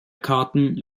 karten